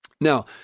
Now